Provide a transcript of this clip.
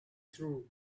through